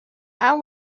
how